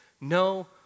no